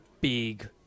big